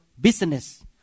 business